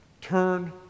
Turn